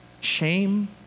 shame